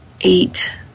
eight